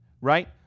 Right